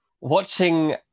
watching